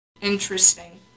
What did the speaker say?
interesting